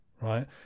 right